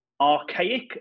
archaic